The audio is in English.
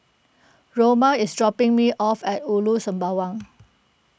Roma is dropping me off at Ulu Sembawang